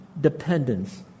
dependence